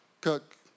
cook